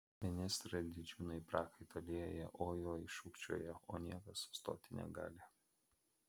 ministrai ir didžiūnai prakaitą lieja oi oi šūkčioja o niekas sustoti negali